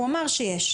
הוא אמר שיש.